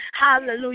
Hallelujah